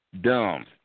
dumb